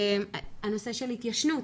הנושא של התיישנות,